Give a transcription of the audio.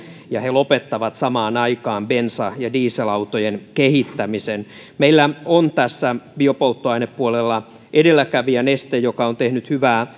ja he lopettavat samaan aikaan bensa ja dieselautojen kehittämisen meillä on tässä biopolttoainepuolella edelläkävijä neste joka on tehnyt hyvää